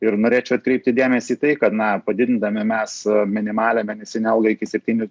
ir norėčiau atkreipti dėmesį į tai kad na padidindami mes minimalią mėnesinę algą iki septynių